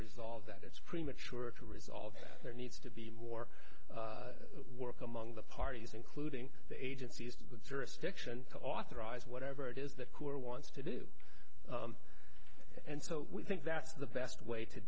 resolve that it's premature to resolve that there needs to be more work among the parties including the agencies the jurisdiction to authorize whatever it is that cooler wants to do and so we think that's the best way to